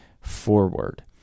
forward